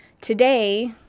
today